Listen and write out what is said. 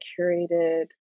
curated